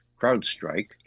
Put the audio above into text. CrowdStrike